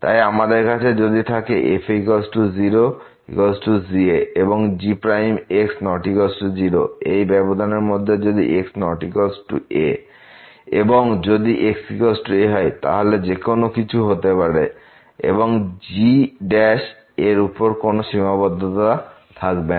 তাই আমাদের কাছে যদি থাকে f a0g এবং gx≠0 এই ব্যবধান এর মধ্যে যদি x≠a এবং যদি xa হয় তাহলে যেকোনো কিছু হতে পারে এবং g এর উপর কোন সীমাবদ্ধতা থাকবে না